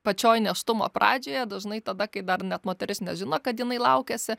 pačioj nėštumo pradžioje dažnai tada kai dar net moteris nežino kad jinai laukiasi